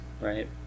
right